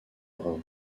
brun